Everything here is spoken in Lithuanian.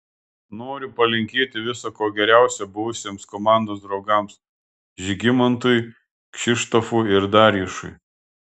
noriu palinkėti viso ko geriausio buvusiems komandos draugams žygimantui kšištofui ir darjušui